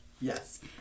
Yes